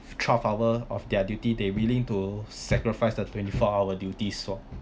twelve hour of their duty they willing to sacrifice the twenty four hour duty swap